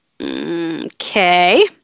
Okay